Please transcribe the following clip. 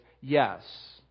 yes